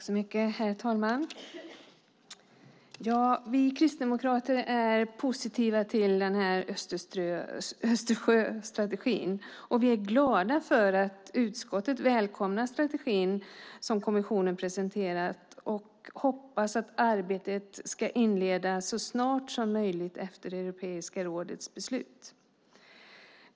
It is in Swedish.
Herr talman! Vi kristdemokrater är positiva till Östersjöstrategin. Vi är glada för att utskottet välkomnar den strategi som kommissionen presenterat. Vi hoppas att arbetet ska inledas så snart som möjligt efter Europeiska rådets beslut.